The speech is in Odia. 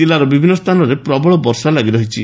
ଜିଲ୍ଲାର ବିଭିନ୍ନ ସ୍ଥାନରେ ପ୍ରବଳ ବର୍ଷା ଲାଗିରହିଛି